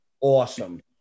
awesome